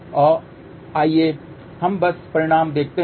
तो आइए हम बस परिणाम देखते हैं